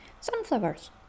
Sunflowers